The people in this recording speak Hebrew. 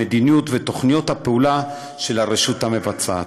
המדיניות ותוכניות הפעולה של הרשות המבצעת.